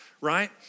right